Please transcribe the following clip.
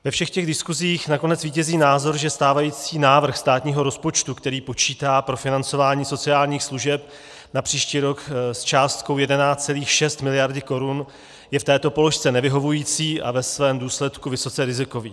Ve všech diskuzích nakonec zvítězí názor, že stávající návrh státního rozpočtu, který počítá pro financování sociálních služeb na příští rok s částkou 11,6 mld. korun, je v této položce nevyhovující a ve svém důsledku vysoce rizikový.